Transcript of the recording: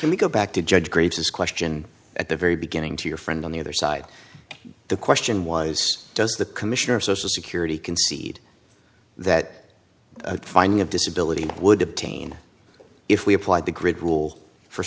me go back to judge graves question at the very beginning to your friend on the other side the question was does the commissioner of social security concede that a finding of disability would obtain if we applied the grid rule for